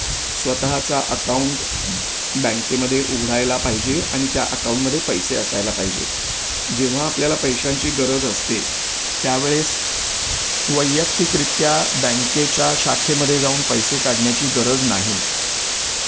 स्वतःचा अकाऊंट बँकेमध्ये उघडायला पाहिजे आणि त्या अकाऊंटमध्ये पैसे असायला पाहिजेत जेव्हा आपल्याला पैशांची गरज असते त्यावेळेस वैयक्तिकरित्या बँकेच्या शाखेमध्ये जाऊन पैसे काढण्याची गरज नाही